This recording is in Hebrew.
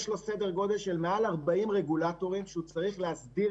יש לו סדר גודל של מעל 40 רגולטורים שהוא צריך להסדיר